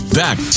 back